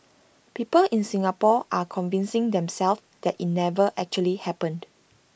people in Singapore are convincing themselves that IT never actually happened